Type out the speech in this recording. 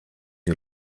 die